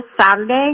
Saturday